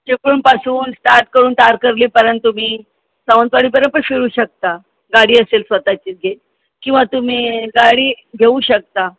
चिपळूणपासून start करून तारकर्लीपर्यंत तुम्ही सावंतवाडीकडे पण फिरू शकता गाडी असेल स्वतःची की किंवा तुम्ही गाडी घेऊ शकता